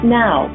now